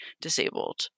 disabled